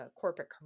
corporate